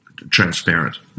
Transparent